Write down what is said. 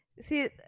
See